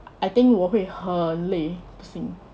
I think 我会很累不行